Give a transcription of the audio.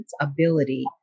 ability